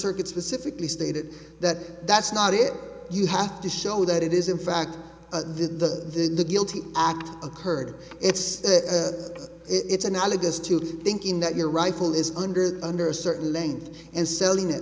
circuit specifically stated that that's not it you have to show that it is in fact did the guilty act occurred it's just it's analogous to thinking that your rifle is under the under a certain length and selling it